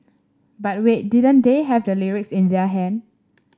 but wait didn't they have the lyrics in their hand